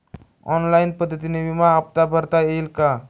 Online पद्धतीने विमा हफ्ता भरता येईल का?